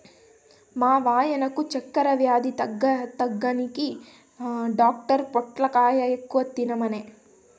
మా వాయినకు చక్కెర వ్యాధి తగ్గేదానికి డాక్టర్ పొట్లకాయ ఎక్కువ తినమనె